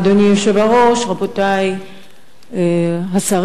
אדוני היושב-ראש, רבותי השרים,